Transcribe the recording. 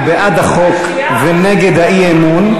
הוא בעד החוק ונגד האי-אמון,